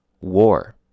war